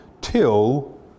till